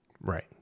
Right